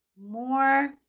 more